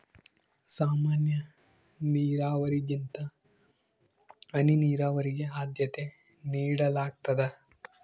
ಸಾಮಾನ್ಯ ನೇರಾವರಿಗಿಂತ ಹನಿ ನೇರಾವರಿಗೆ ಆದ್ಯತೆ ನೇಡಲಾಗ್ತದ